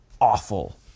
awful